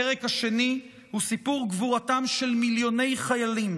הפרק השני הוא סיפור גבורתם של מיליוני חיילים